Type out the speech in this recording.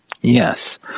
Yes